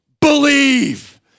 believe